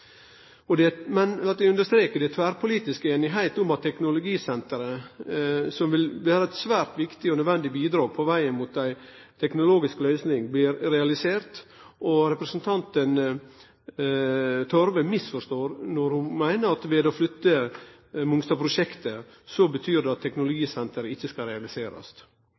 at det er tverrpolitisk einigheit om at teknologisenteret – TCN – som vil vere eit svært viktig og nødvendig bidrag på veg mot ei teknologisk løysing, blir realisert. Representanten Torve misforstår når ho meiner at å flytte Mongstad-prosjektet betyr at teknologisenteret ikkje skal realiserast.